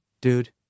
Dude